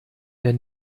der